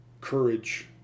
courage